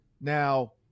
Now